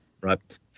right